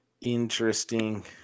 Interesting